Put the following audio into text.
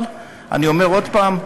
אבל אני אומר עוד הפעם,